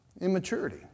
Immaturity